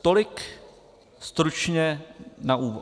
Tolik stručně na úvod.